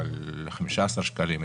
אבל 20-15 שקלים.